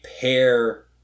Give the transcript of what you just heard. pair